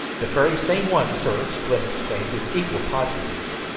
the very same one, sir! slim exclaimed, with equal positiveness.